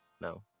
No